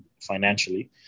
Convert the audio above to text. financially